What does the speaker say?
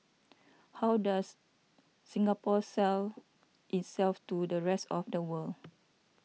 how does Singapore sell itself to the rest of the world